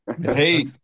Hey